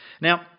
Now